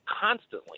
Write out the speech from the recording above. constantly